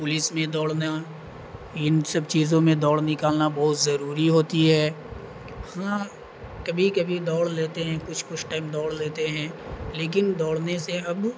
police میں دوڑنا ان سب چیزوں میں دوڑ نکالنا بہت ضروری ہوتی ہے ہاں کبھی کبھی دوڑ لیتے ہیں کچھ کچھ ٹائم دوڑ لیتے ہیں لیکن دوڑنے سے اب